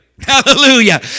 Hallelujah